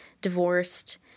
divorced